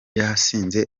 yasinze